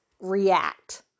react